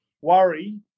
worry